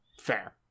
Fair